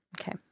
Okay